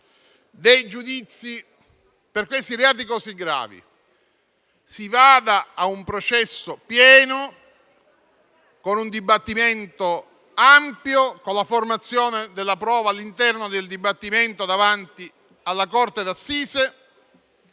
dei giudizi per questi reati così gravi. Si vada a un processo pieno, con un dibattimento ampio, con la formazione della prova all'interno del dibattimento davanti alla corte d'assise,